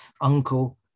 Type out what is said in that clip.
uncle